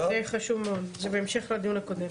יופי, זה חשוב מאוד, זה בהמשך לדיון הקודם.